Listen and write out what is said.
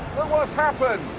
what's happened!